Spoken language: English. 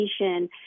education